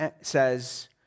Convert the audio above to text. says